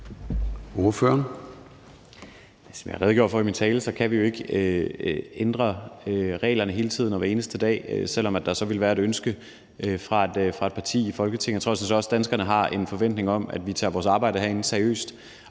Som jeg har redegjort for i min tale, kan vi jo ikke ændre reglerne hele tiden og hver eneste dag, selv om der ville være et ønske fra et parti i Folketinget. Jeg tror sådan set også, at danskerne har en forventning om, at vi tager vores arbejde herinde seriøst